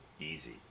easy